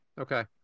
Okay